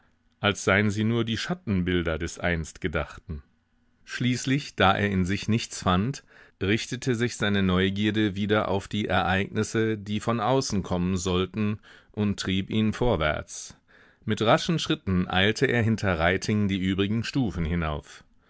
als seien sie nur die schattenbilder des einst gedachten schließlich da er in sich nichts fand richtete sich seine neugierde wieder auf die ereignisse die von außen kommen sollten und trieb ihn vorwärts mit raschen schritten eilte er hinter reiting die übrigen stufen hinauf